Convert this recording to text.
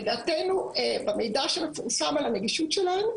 לדעתנו במידע של הנגישות שלהן,